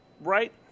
right